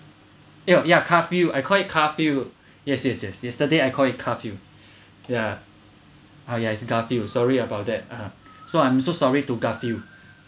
ya ya carfield I call it carfield yes yes yes yesterday I call it carfield ya ah ya it's garfield sorry about that (uh huh) so I'm so sorry to garfield